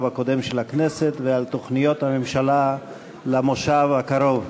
הקודם של הכנסת ועל תוכניות הממשלה למושב הקרוב.